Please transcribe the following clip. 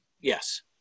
Yes